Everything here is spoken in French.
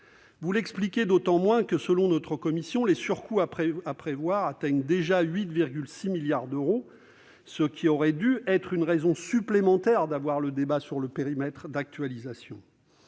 Vous l'expliquez d'autant moins que, selon notre commission, les surcoûts à prévoir atteignent déjà 8,6 milliards d'euros, ce qui aurait dû être une raison supplémentaire de débattre du périmètre d'actualisation.